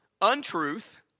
untruth